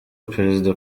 perezida